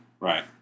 Right